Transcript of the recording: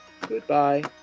Goodbye